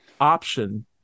option